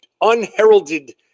unheralded